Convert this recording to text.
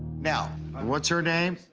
now, what's her name?